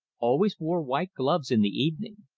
always wore white gloves in the evening.